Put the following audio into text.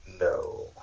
No